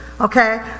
Okay